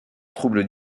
troubles